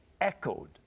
echoed